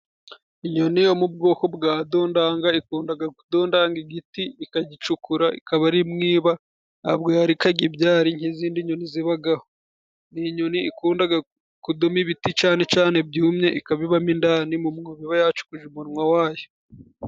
Inyoni yo mu bwoko bwa dondanga ikundaga kudondanga igiti ikagicukura ikaba ari mo iba ,ntabwo yaririkaga ibyari nk'izindi nyoni zibagaho, ni inyoni ikundaga kudoma ibiti cane cane byumye ikabibamo indani mu mwobo iba yacukuje umunwa wayo.